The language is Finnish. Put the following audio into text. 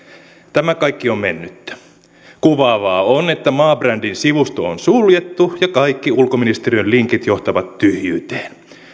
tämä kaikki on mennyttä kuvaavaa on että maabrändin sivusto on suljettu ja kaikki ulkoministeriön linkit johtavat tyhjyyteen